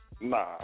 Nah